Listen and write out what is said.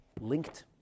linked